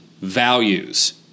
values